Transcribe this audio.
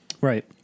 Right